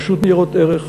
רשות ניירות ערך,